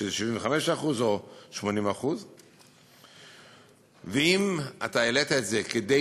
שזה 75% או 80%. אם אתה העלית את זה כדי